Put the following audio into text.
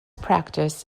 practice